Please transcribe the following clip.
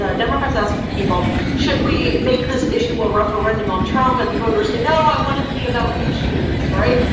ah democrats ask people, should we make this issue a referendum on trump? and the voters say, no, i want it to be about issues. right.